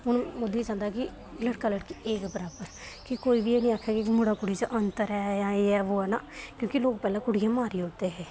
हून मोदी चांह्दा कि लड़का लड़की इक बराबर कि कोई एह् बी निं आक्खे कि मुड़ा कुड़ी च अंतर ऐ एह् ऐ जां ओह् ऐ पैह्ले कुड़ी गी मारी ओड़दे हे